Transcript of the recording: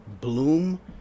bloom